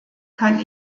kann